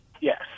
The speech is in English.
Yes